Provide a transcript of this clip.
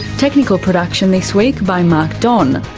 technical production this week by mark don.